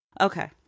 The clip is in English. Okay